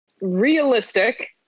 Realistic